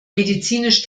medizinisch